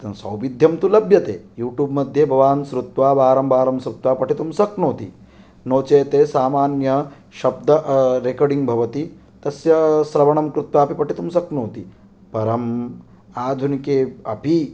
सौविद्यं तु लभ्यते यूट्यूब् मध्ये भवान् श्रुत्वा वारं वारं श्रुत्वा पठितुं शक्नोति नो चेत् सामान्य शब्द रेकोडिङ् भवति तस्य श्रवणं कृत्वा अपि पठितुं शक्नोति परम् आधुनिके अपि